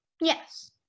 Yes